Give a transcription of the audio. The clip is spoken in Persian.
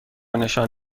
نشان